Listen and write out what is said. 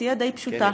תהיה די פשוטה,